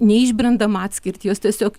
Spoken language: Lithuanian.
neišbrendamą atskirti jos tiesiog